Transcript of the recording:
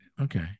Okay